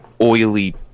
oily